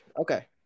okay